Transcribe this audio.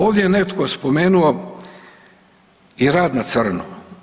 Ovdje je netko spomenuo i rad na crno.